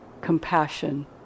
compassion